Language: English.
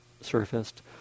surfaced